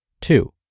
Two